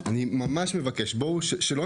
אני כן מבקש מכולנו,